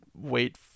wait